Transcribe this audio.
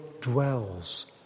dwells